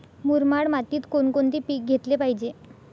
मुरमाड मातीत कोणकोणते पीक घेतले पाहिजे?